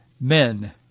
men